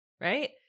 Right